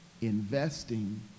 investing